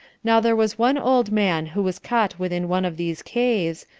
now there was one old man who was caught within one of these caves,